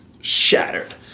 shattered